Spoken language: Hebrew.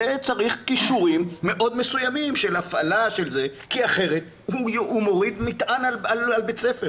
צריך כישורים מאוד מסוימים של הפעלה כי אחרת הוא מוריד מטען על בית ספר.